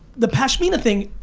the pashmina thing.